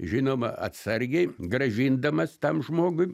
žinoma atsargiai grąžindamas tam žmogui